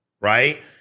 right